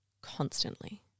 constantly